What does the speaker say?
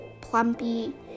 plumpy